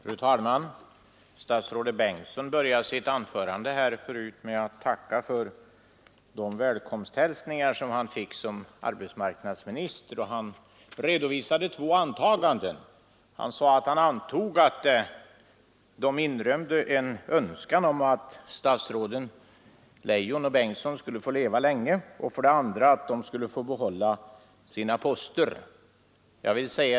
Fru talman! Statsrådet Bengtsson började sitt anförande här förut med att tacka för de välkomsthälsningar som han fick som arbetsmarknadsminister, och han redovisade två antaganden. För det första att välkomsthälsningarna inrymde en önskan att statsråden Leijon och Bengtsson skulle få leva länge, och för det andra att de skulle få behålla sina poster.